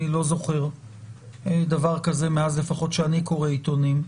אני לא זוכר דבר כזה לפחות מאז שאני קורא עיתונים.